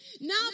Now